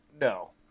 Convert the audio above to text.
No